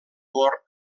gorg